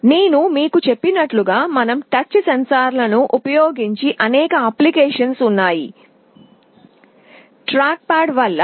నేను మీకు చెప్పినట్లుగా మేము టచ్ సెన్సార్లను ఉపయోగించే అనేక సాధనాలు ఉన్నాయి ట్రాక్ ప్యాడ్ల వలె